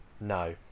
no